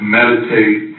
meditate